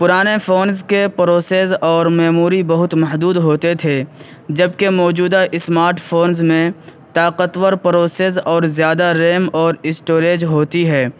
پرانےفونس کے پروسیس اور اور میموری بہت محدود ہوتے تھے جب کہ موجودہ اسمارٹ فونس میں طاقتور پروسیس اور زیادہ ریم اور اسٹوریج ہوتی ہے